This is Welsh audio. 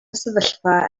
sefyllfa